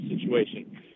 situation